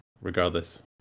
regardless